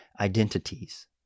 identities